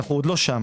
אנו עוד לא שם.